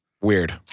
Weird